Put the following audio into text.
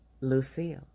Lucille